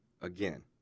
again